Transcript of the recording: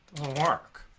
work